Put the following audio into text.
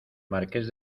marqués